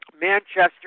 Manchester